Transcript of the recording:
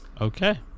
Okay